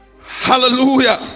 Hallelujah